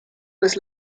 was